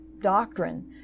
doctrine